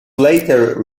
later